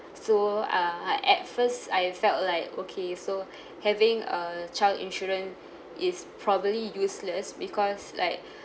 so err at first I felt like okay so having a child insurance is probably useless because like